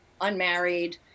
unmarried